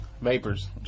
Vapors